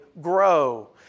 grow